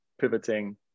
pivoting